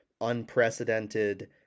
unprecedented